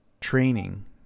training